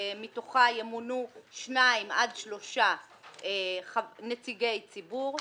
מתוכה ימונו שניים עד שלושה נציגי ציבור,